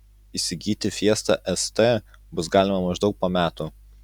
įsigyti fiesta st bus galima maždaug po metų